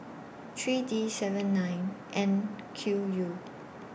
three D seven nine N Q U